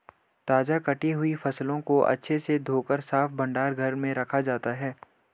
ताजा कटी हुई फसलों को अच्छे से धोकर साफ भंडार घर में रखा जाता है